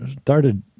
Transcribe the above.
started